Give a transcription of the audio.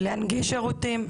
להנגיש שירותים.